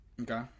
Okay